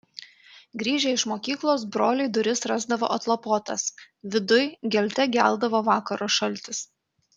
grįžę iš mokyklos broliai duris rasdavo atlapotas viduj gelte geldavo vakaro šaltis